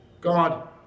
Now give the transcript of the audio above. God